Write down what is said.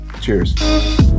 Cheers